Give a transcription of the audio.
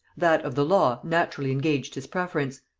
that of the law naturally engaged his preference.